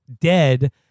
dead